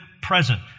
present